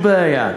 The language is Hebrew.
אין שום בעיה.